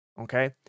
Okay